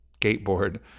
skateboard